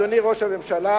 אדוני ראש הממשלה,